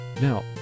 Now